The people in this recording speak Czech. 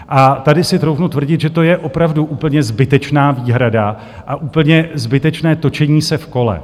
A tady si troufnu tvrdit, že to je opravdu úplně zbytečná výhrada a úplně zbytečné točení se v kole.